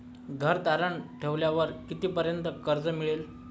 घर तारण ठेवल्यावर कितीपर्यंत कर्ज मिळेल?